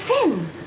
thin